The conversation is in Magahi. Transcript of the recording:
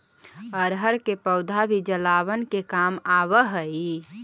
अरहर के पौधा भी जलावन के काम आवऽ हइ